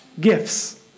gifts